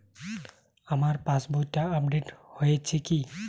আমার পাশবইটা আপডেট হয়েছে কি?